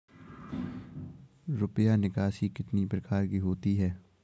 रुपया निकासी कितनी प्रकार की होती है?